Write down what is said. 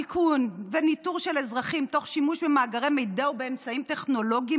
איכון וניטור של אזרחים תוך שימוש במאגרי מידע ובאמצעים טכנולוגיים